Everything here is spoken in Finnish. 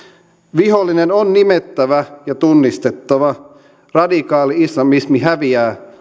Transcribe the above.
vihollinen on nimettävä ja tunnistettava radikaali islamismi häviää